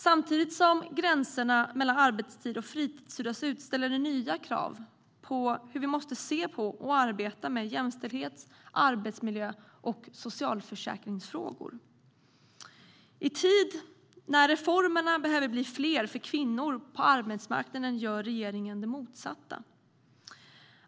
Samtidigt som gränserna mellan arbetstid och fritid suddas ut ställs nya krav på hur vi måste se på och arbeta med jämställdhets, arbetsmiljö och socialförsäkringsfrågor. I tider där reformerna behöver bli fler för kvinnor på arbetsmarknaden gör regeringen det motsatta.